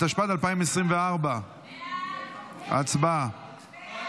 התשפ"ד 2024. הצבעה.